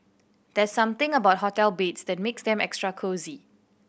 there's something about hotel beds that makes them extra cosy